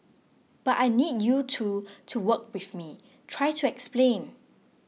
but I need you to to work with me try to explain